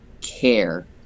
care